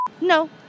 No